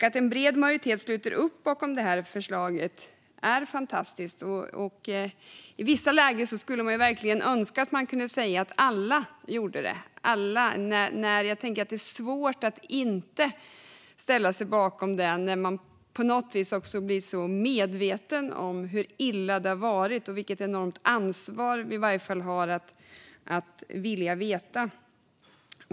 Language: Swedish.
Att en bred majoritet sluter upp bakom förslaget är fantastiskt. I vissa lägen önskar man verkligen att man kunde säga att alla sluter upp bakom det. Jag tycker att det är svårt att inte ställa sig bakom förslaget när man blir så medveten om hur illa det har varit och vilket enormt ansvar man har att vilja veta.